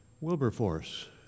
Wilberforce